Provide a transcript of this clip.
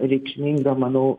reikšmingą manau